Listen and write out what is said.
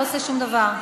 הוא לא עושה שום דבר.